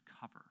cover